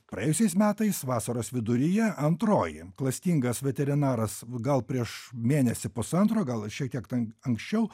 praėjusiais metais vasaros viduryje antroji klastingas veterinaras gal prieš mėnesį pusantro gal šiek tiek anksčiau